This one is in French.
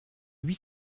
huit